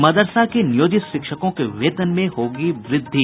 मदरसा नियोजित शिक्षकों के वेतन में होगी व्रद्धि